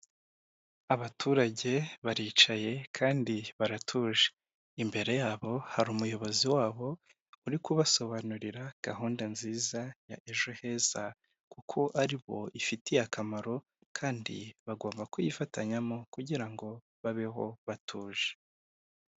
Abaturage baricaye kandi baratuje, imbere yabo hari umuyobozi wabo, uri kubasobanurira gahunda nziza ya ejo heza kuko ari bo ifitiye akamaro kandi bagomba kuyifatanyamo kugira ngo babeho batuje.